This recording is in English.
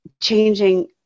changing